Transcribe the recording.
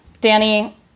Danny